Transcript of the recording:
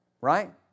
Right